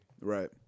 Right